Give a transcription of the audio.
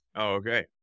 Okay